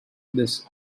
this